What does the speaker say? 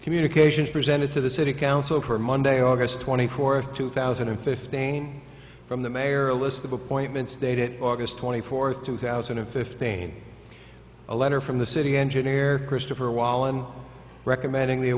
communications presented to the city council her monday august twenty fourth two thousand and fifteen from the mayor a list of appointments dated august twenty fourth two thousand and fifteen a letter from the city engineer christopher wall i'm recommending the